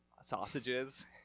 sausages